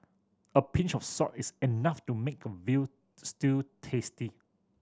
a pinch of salt is enough to make a veal stew tasty